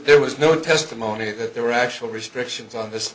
there was no testimony that there were actual restrictions on this